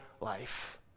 life